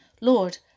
Lord